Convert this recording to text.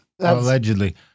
Allegedly